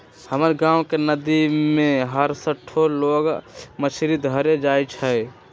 हमर गांव के नद्दी में हरसठ्ठो लोग मछरी धरे जाइ छइ